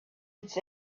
its